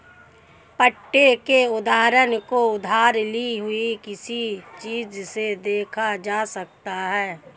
पट्टे के उदाहरण को उधार ली हुई किसी चीज़ से देखा जा सकता है